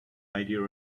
idea